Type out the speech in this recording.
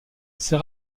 ces